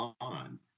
on